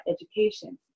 education